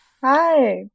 Hi